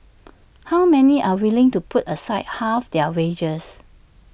how many are willing to put aside half their wages